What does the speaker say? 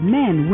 men